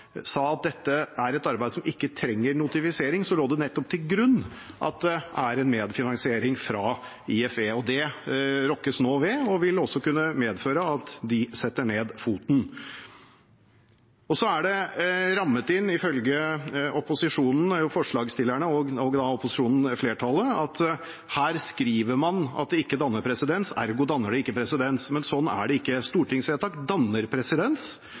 at det er en medfinansiering fra IFE. Det rokkes nå ved og vil også kunne medføre at de setter ned foten. Så er det rammet inn, ifølge opposisjonen – forslagsstillerne og opposisjonen, flertallet – at her skriver man at det ikke danner presedens, ergo danner det ikke presedens. Men sånn er det ikke. Stortingsvedtak danner presedens